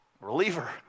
reliever